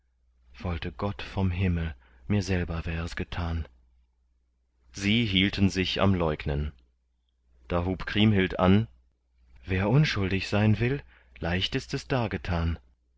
wollte gott vom himmel mir selber wär es getan sie hielten sich am leugnen da hub kriemhild an wer unschuldig sein will leicht ist es dargetan